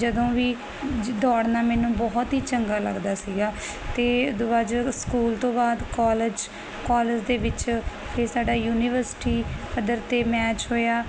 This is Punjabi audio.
ਜਦੋਂ ਵੀ ਦੌੜਨਾ ਮੈਨੂੰ ਬਹੁਤ ਹੀ ਚੰਗਾ ਲੱਗਦਾ ਸੀਗਾ ਤੇ ਅੱਜ ਸਕੂਲ ਤੋਂ ਬਾਅਦ ਕਾਲਜ ਦੇ ਵਿੱਚ ਇਹ ਸਾਡਾ ਯੂਨੀਵਰਸਿਟੀ ਪੱਧਰ 'ਤੇ ਮੈਚ ਹੋਇਆ